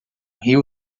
rio